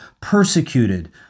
persecuted